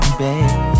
baby